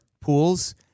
pools